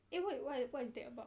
eh wait what you what you talk about